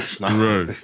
Right